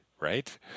Right